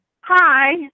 Hi